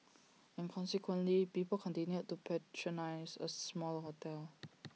and consequently people continued to patronise A smaller hotel